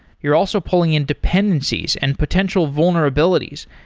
you're also pulling in dependencies and potential vulnerabilities.